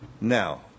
Now